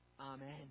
Amen